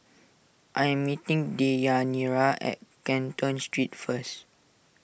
I am meeting Deyanira at Canton Street first